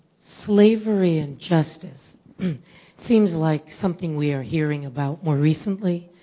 slavery and justice seems like something we're hearing about more recently.